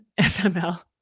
FML